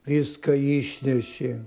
viską išneši